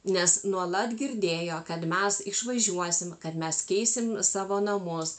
nes nuolat girdėjo kad mes išvažiuosim kad mes keisim savo namus